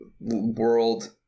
world